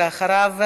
ואחריו,